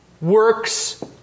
works